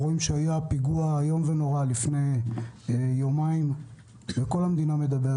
לפני יומיים היה פיגוע איום ונורא,